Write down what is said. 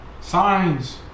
Signs